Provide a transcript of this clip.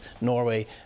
Norway